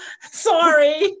Sorry